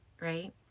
Right